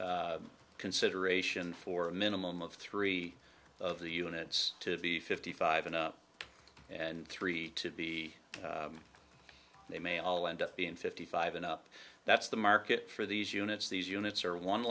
that consideration for a minimum of three of the units to be fifty five and up and three to be they may all end up being fifty five and up that's the market for these units these units are one